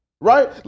right